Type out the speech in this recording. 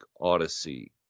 Odyssey